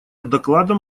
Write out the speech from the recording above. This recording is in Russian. докладом